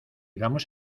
vamos